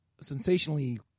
sensationally –